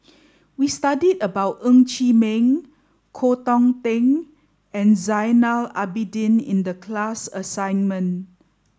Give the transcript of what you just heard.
we studied about Ng Chee Meng Koh Hong Teng and Zainal Abidin in the class assignment